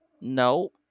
No